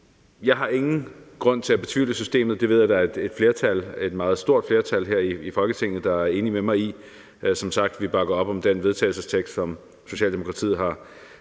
Jeg har ingen grund til at betvivle systemet, og det ved jeg der er et meget stort flertal her i Folketinget der er enig med mig i. Som sagt bakker vi op om det forslag til vedtagelse, som Socialdemokratiet har